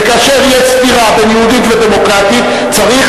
וכאשר יש סתירה בין יהודית ודמוקרטית צריך